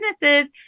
businesses